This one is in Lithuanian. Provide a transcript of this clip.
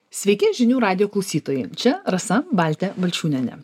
sveiki žinių radijo klausytojai čia rasa baltė balčiūnienė